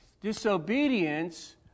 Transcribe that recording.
disobedience